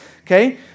okay